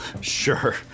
Sure